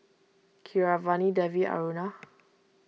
Keeravani Devi Aruna